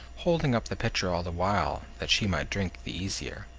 holding up the pitcher all the while, that she might drink the easier.